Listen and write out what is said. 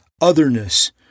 otherness